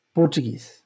Portuguese